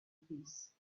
peace